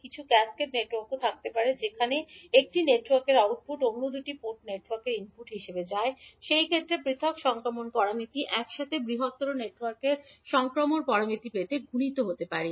কিছু ক্যাসকেড নেটওয়ার্কও থাকতে পারে যেখানে একটি নেটওয়ার্কের আউটপুট অন্য দুটি পোর্ট নেটওয়ার্কের ইনপুট হিসাবে যায় সেই ক্ষেত্রে পৃথক সংক্রমণ প্যারামিটার একসাথে বৃহত্তর নেটওয়ার্কের সংক্রমণ প্যারামিটারগুলি পেতে গুণিত হতে পারে